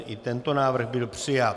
I tento návrh byl přijat.